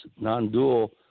non-dual